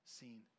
seen